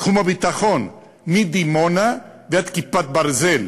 בתחום הביטחון, מדימונה ועד "כיפת ברזל",